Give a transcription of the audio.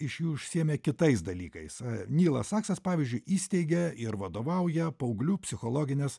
iš jų užsiėmė kitais dalykais nilas saksas pavyzdžiui įsteigė ir vadovauja paauglių psichologinės